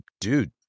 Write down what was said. dude